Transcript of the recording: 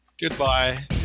Goodbye